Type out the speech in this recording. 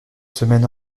semaines